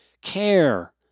care